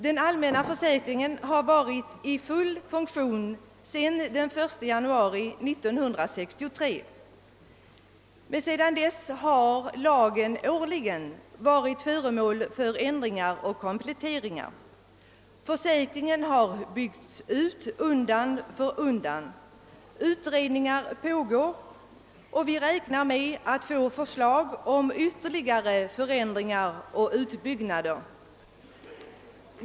Den allmänna försäkringen har varit i full funktion: sedan den 1 januari 1963. Sedan dess har lagen årligen varit föremål för ändringar och kompletteringar. Försäkringen har byggts ut undan för undan. Utredningar pågår, och vi räknar med att få förslag om ytterligare förändringar och utbyggnader.